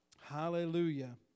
hallelujah